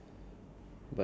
so you can go